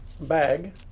bag